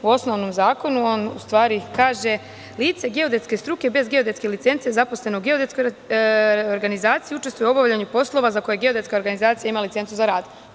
U osnovnom zakonu u stvari kaže: "Lice geodetske struke bez geodetske licence zaposlen u geodetskoj organizaciji učestvuje u obavljanju poslova za kojegeodetska organizacija imala licencu za rad"